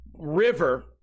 river